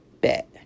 Bet